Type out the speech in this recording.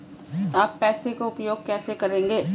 आप पैसे का उपयोग कैसे करेंगे?